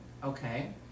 Okay